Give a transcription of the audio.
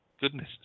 Goodness